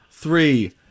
Three